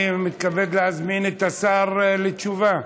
אני מתכבד להזמין את השר לתשובה.